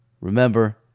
Remember